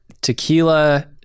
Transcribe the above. tequila